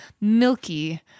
milky